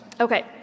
Okay